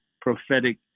prophetic